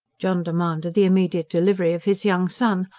john demanded the immediate delivery of his young son,